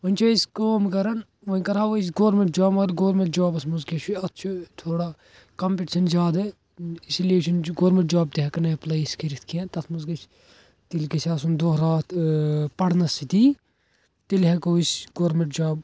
وۄنۍ چھِ أسۍ کٲم کران وۄنۍ کَرہاو أسۍ گورمیٚنٛٹ جاب مگر گورمیٚنٛٹ جابَس مَنٛز کیٛاہ چھُ اتھ چھُ تھوڑا کۄمپِٹشَن زیٛادٕ اِسی لیے چھِنہٕ گورمیٚنٛٹ جاب تہ ہیٚکو نہٕ ایٚپلاے أسۍ کٔرِتھ کیٚنٛہہ تتھ مَنٛز گَژھہِ تیٚلہِ گَژھہِ آسُن دۄہ راتھ ٲں پَڑھنَس سۭتی تیٚلہِ ہیٚکو أسۍ گورمیٚنٛٹ جاب